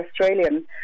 Australian